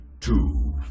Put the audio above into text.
two